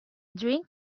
drink